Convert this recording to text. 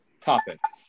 topics